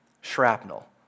shrapnel